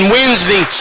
Wednesday